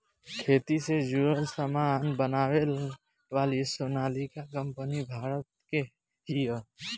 खेती से जुड़ल सामान बनावे वाली सोनालिका कंपनी भारत के हिय